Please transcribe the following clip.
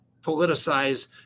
politicize